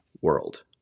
world